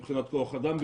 מבחינת כוח אדם,